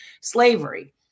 slavery